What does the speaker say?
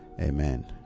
Amen